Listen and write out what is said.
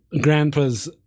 grandpa's